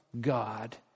God